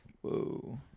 Whoa